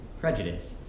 prejudice